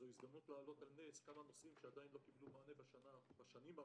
זו הזדמנות להעלות על נס כמה נושאים שלא קיבלו מענה בשנים הקודמות.